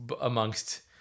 amongst